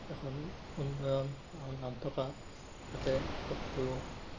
এখন উন্নয়ন আৰু নাম থকা যাতে আগতকৈয়ো